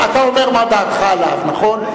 אתה אומר מה דעתך עליו, נכון?